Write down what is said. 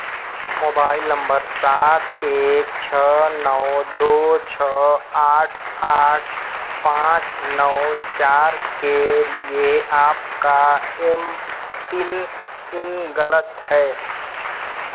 mobile number سات ایک چھ نو دو چھ آٹھ آٹھ پانچ نو چار کے لیے آپ کا ایم پن ان غلط ہے